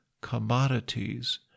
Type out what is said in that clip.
commodities